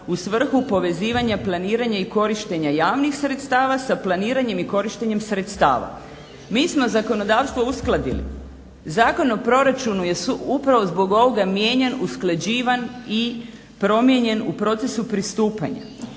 u svrhu povezivanja i planiranja i korištenja javnih sredstava sa planiranjem i korištenjem sredstava. Mi smo zakonodavstvo uskladili. Zakon o proračunu je upravo zbog ovoga mijenjan, usklađivan i promijenjen u procesu pristupanja.